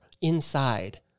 inside